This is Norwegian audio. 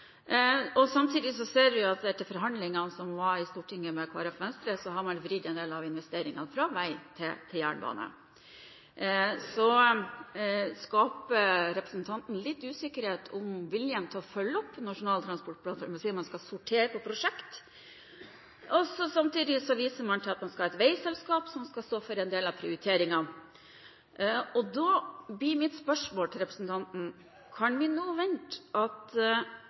viktig. Samtidig ser vi, etter forhandlingene som var i Stortinget med Kristelig Folkeparti og Venstre, at man har vridd endel av investeringene fra vei til jernbane. Så skaper representanten litt usikkerhet om viljen til å følge opp Nasjonal transportplan, for man sier at man skal sortere prosjekt, og samtidig viser man til at man skal ha et veiselskap som skal stå for endel av prioriteringene. Da blir mitt spørsmål til representanten: Kan vi nå vente at